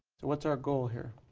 what's our goal here?